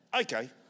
Okay